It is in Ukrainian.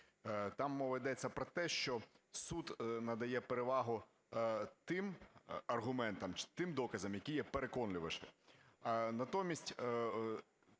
Там мова йде про те, що суд надає перевагу тим аргументам, тим доказам, які є переконливіші. Натомість